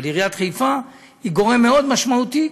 אבל עיריית חיפה היא גורם מאוד משמעותי,